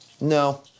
No